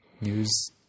news